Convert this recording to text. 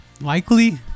likely